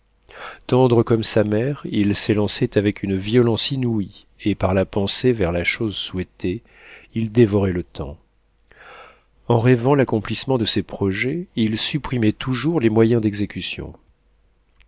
tendre comme sa mère il s'élançait avec une violence inouïe et par la pensée vers la chose souhaitée il dévorait le temps en rêvant l'accomplissement de ses projets il supprimait toujours les moyens d'exécution